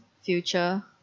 future